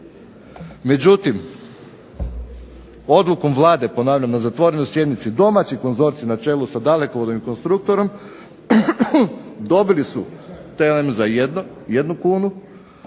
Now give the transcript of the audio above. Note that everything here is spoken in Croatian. Međutim, odlukom Vlade ponavljam na zatvorenoj sjednici, domaći konzorcij na čelu sa Dalekovodom i KOnstruktorom dobili su TLM za jednu kunu.